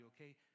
okay